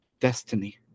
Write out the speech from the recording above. destiny